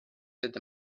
that